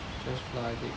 just flour addict